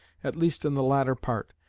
at least in the later part,